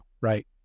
right